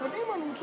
קדימה, נו.